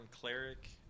cleric